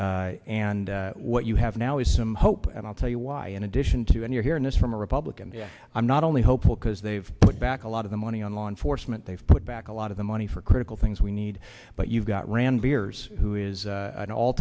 office and what you have now is some hope and i'll tell you why in addition to and you're hearing this from a republican i'm not only hopeful because they've put back a lot of the money on law enforcement they've put back a lot of the money for critical things we need but you've got rand beers who is an all